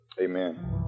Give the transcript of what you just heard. Amen